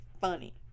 funny